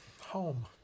Home